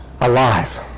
alive